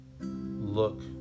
look